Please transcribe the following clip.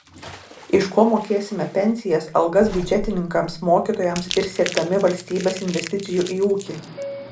iš ko mokėsime pensijas algas biudžetininkams mokytojams ir siekdami valstybės investicijų į ūkį